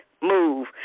move